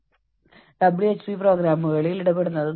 തീർച്ചയായും നിങ്ങളുടെ ജോലിയുടെ ഭാഗം ആരെങ്കിലും ചെയ്യാനുണ്ടാകുന്നത്